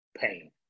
pain